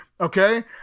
okay